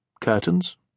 Curtains